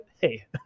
hey